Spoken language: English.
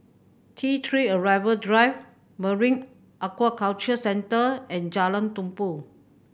T Three Arrival Drive Marine Aquaculture Centre and Jalan Tumpu